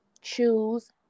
choose